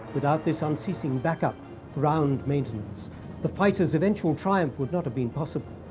without this unceasing backup ground maintenance the fighters' eventual triumph would not have been possible.